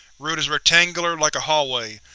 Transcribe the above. route is rectangular, like a hallway,